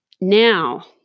Now